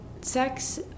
sex